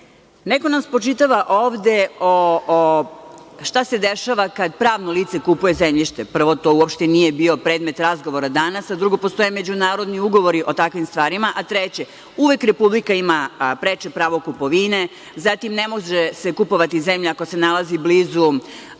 nam spočitava ovde šta se dešava kad pravno lice kupuje zemljište. Prvo, to uopšte nije bio predmet razgovora danas, a drugo, postoje međunarodni ugovori o takvim stvarima, i treće uvek Republika ima preče pravo kupovine, zatim, ne može se kupovati zemlja ako se nalazi blizu